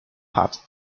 heart